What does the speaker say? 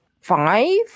five